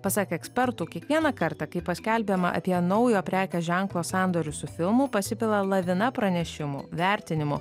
pasak ekspertų kiekvieną kartą kai paskelbiama apie naujo prekės ženklo sandorius su filmu pasipila lavina pranešimų vertinimų